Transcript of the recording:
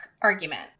argument